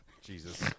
jesus